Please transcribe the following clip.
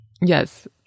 Yes